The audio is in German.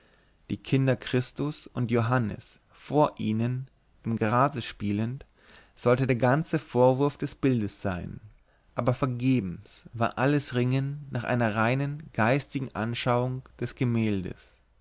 die kinder christus und johannes vor ihnen im grase spielend sollte der ganze vorwurf des bildes sein aber vergebens war alles ringen nach einer reinen geistigen anschauung des gemäldes